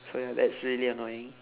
so that's really annoying